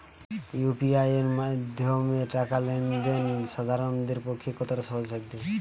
UPI এর মাধ্যমে টাকা লেন দেন সাধারনদের পক্ষে কতটা সহজসাধ্য?